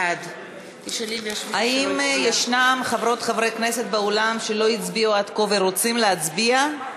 בעד האם יש עוד חברות או חברי כנסת שלא הצביעו עד כה ורוצים להצביע?